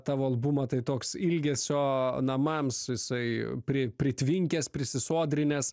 tavo albumą tai toks ilgesio namams jisai pri pritvinkęs prisisodrinęs